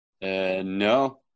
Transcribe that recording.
No